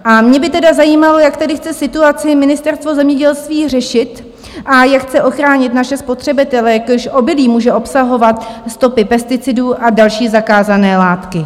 A mě by tedy zajímalo, jak chce situaci Ministerstvo zemědělství řešit a jak chce ochránit naše spotřebitele, jelikož obilí může obsahovat stopy pesticidů a další zakázané látky.